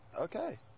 Okay